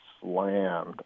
slammed